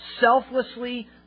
selflessly